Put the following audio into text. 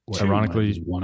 Ironically